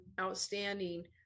outstanding